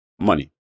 money